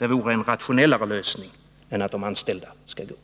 Det vore en rationellare lösning än att de anställda skall gå!